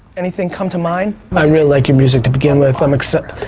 anything come to mind. i really like your music to begin with. i'm excite,